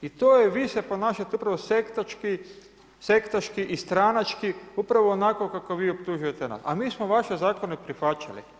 Vi se ponašate upravo sektaški i stranački, upravo onako kako vi optužujete nas a mi smo vaše zakone prihvaćali.